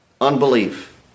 Unbelief